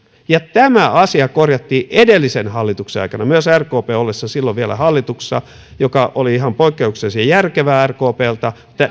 tämä asia korjattiin edellisen hallituksen aikana myös rkpn ollessa vielä silloin hallituksessa mikä oli ihan poikkeuksellisen järkevää rkpltä